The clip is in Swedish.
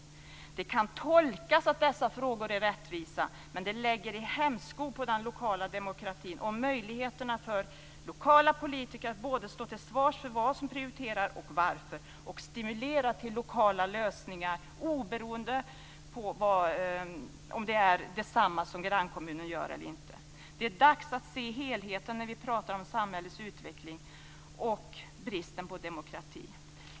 Dessa frågor kan tolkas som rättvisefrågor, men det lägger en hämsko på den lokala demokratin och på lokala politikers möjlighet att stå till svars både för vad som prioriteras och varför och stimulera lokala lösningar - oberoende av om grannkommunen gör samma sak eller inte. Det är dags att se helheten när vi pratar om samhällets utveckling och bristen på demokrati.